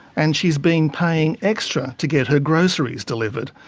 and she's been paying extra to get her groceries delivered.